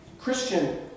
Christian